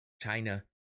China